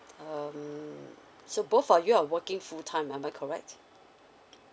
um so both for you are working full time am I correct